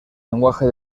lenguaje